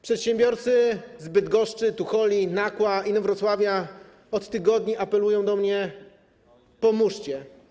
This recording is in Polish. Przedsiębiorcy z Bydgoszczy, Tucholi, Nakła czy Inowrocławia od tygodni apelują do mnie: pomóżcie.